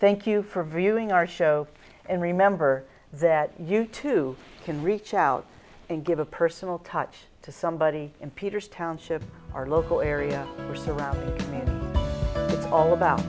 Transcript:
thank you for viewing our show and remember that you too can reach out and give a personal touch to somebody in peter's township our local area or surrounding me it's all about